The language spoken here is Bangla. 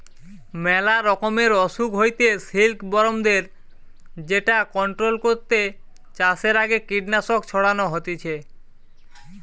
মেলা রকমের অসুখ হইতে সিল্কবরমদের যেটা কন্ট্রোল করতে চাষের আগে কীটনাশক ছড়ানো হতিছে